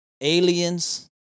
aliens